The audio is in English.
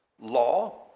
Law